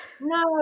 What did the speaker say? No